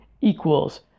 equals